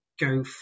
go